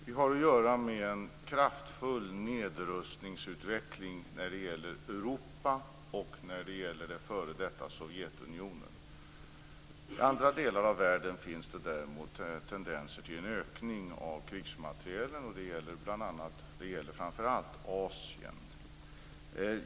Herr talman! Vi har att göra med en kraftfull nedrustningsutveckling i Europa och det f.d. Sovjetunionen. I andra delar av världen finns det däremot tendenser till en ökning av krigsmaterielen. Det gäller framför allt Asien.